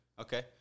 okay